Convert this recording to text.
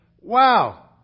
wow